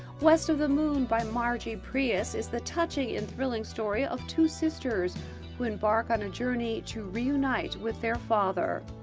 west of the moon by margi preus is the touching and thrilling story of two sisters who embark on a journey to reunite with their father.